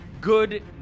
good